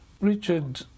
Richard